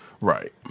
Right